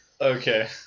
okay